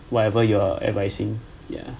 whatever you're advising ya